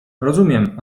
rozumiem